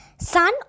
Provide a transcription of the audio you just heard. Sun